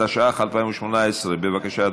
התשע"ח 2018. בבקשה,